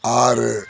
ஆறு